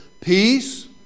peace